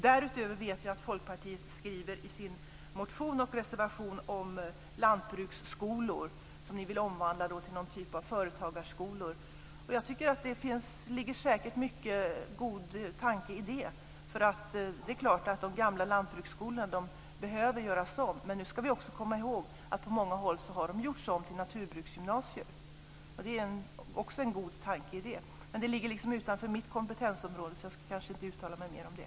Därutöver vet vi att Folkpartiet i sin motion och i sin reservation vill att lantbruksskolorna ska omvandlas till någon typ av företagarskolor. Det ligger säkert många goda tankar i det, för de gamla lantbruksskolorna behöver göras om. Men nu ska vi också komma ihåg att på många håll har de gjorts om till naturbruksgymnasier. Det är också en god tanke i det. Men detta ligger utanför mitt kompetensområde, så jag kanske inte ska uttala mig mer om det.